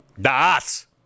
DAS